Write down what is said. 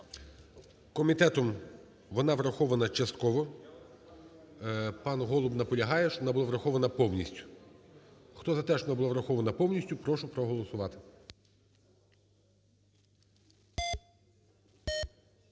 Комітетом вона врахована частково. Пан Голуб наполягає, щоб вона була врахована повністю. Хто за те, щоб вона була врахована повністю, прошу проголосувати.